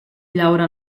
llaura